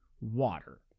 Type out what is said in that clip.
water